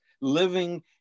living